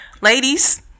ladies